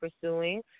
pursuing